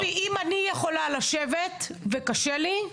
אם אני יכולה לשבת וקשה לי,